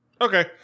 Okay